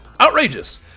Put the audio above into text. Outrageous